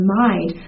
mind